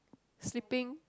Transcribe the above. sleeping